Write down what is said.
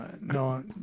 No